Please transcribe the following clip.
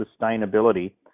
sustainability